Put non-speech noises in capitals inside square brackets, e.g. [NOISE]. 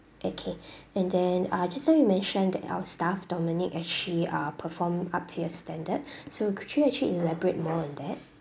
okay [BREATH] and then uh just now you mentioned that our staff dominic actually uh performed up to your standard [BREATH] so could you actually elaborate more on that